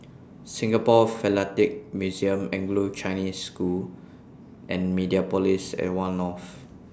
Singapore Philatelic Museum Anglo Chinese School and Mediapolis At one North